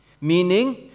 Meaning